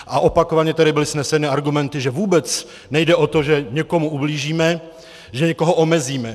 A opakovaně tady byly vzneseny argumenty, že vůbec nejde o to, že někomu ublížíme, že někoho omezíme.